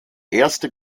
erste